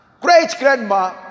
Great-grandma